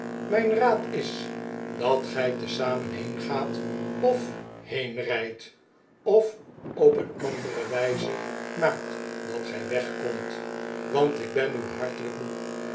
mijn raad is dat gij tezamen heengaat of j f r de dikke jongen brengt een boodschap over heenrijdt of op een andere wijze maakt dat gij wegkomt want ik ben ti hartelijk moe